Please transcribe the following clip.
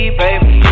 baby